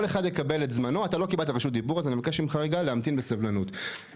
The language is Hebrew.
שכל אחד ימתין בסבלנות לרשות הדיבור שלו.